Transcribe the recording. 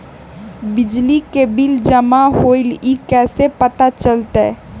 बिजली के बिल जमा होईल ई कैसे पता चलतै?